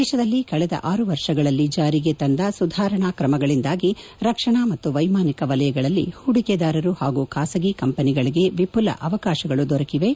ದೇಶದಲ್ಲಿ ಕಳೆದ ಆರು ವರುಷಗಳಲ್ಲಿ ಜಾರಿಗೆ ತಂದ ಸುಧಾರಣಾ ಕ್ರಮಗಳಿಂದಾಗಿ ರಕ್ಷಣಾ ಮತ್ತು ವೈಮಾನಿಕ ವಲಯಗಳಲ್ಲಿ ಹೂಡಿಕೆದಾರರು ಹಾಗೂ ಖಾಸಗಿ ಕಂಪನಿಗಳಿಗೆ ವಿಮಲ ಅವಕಾಶಗಳು ದೊರಕಿವೆ